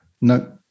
No